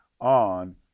on